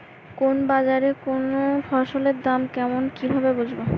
কোন বাজারে কোন ফসলের দাম কেমন কি ভাবে বুঝব?